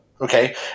Okay